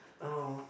oh